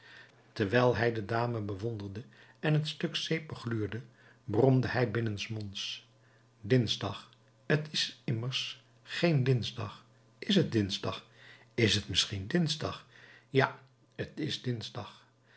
terwijl hij de dame bewonderde en het stuk zeep begluurde bromde hij binnensmonds dinsdag t is immers geen dinsdag is het dinsdag t is misschien dinsdag ja t is dinsdag